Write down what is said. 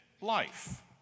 life